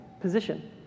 position